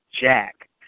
jack